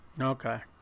Okay